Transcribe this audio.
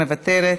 מוותרת,